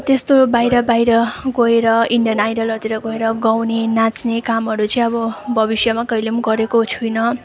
त्यस्तो बाहिर बाहिर गएर इन्डियन आइडलहरूतिर गएर गाउने नाच्ने कामहरू चाहिँ अब भविष्यमा कहिले पनि गरेको छुइनँ